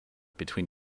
between